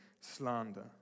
slander